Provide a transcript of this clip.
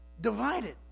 divided